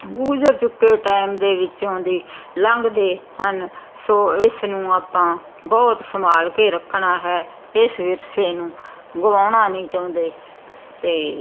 ਗੁਜ਼ਰ ਚੁੱਕੇ ਟਾਈਮ ਦੇ ਵਿੱਚੋਂ ਦੀ ਲੰਘਦੇ ਹਨ ਸੋ ਇਸ ਨੂੰ ਆਪਾਂ ਬਹੁਤ ਸੰਭਾਲ ਕੇ ਰੱਖਣਾ ਹੈ ਇਸ ਵਿਰਸੇ ਨੂੰ ਗਵਾਉਣਾ ਨਹੀਂ ਚਾਹੁੰਦੇ ਅਤੇ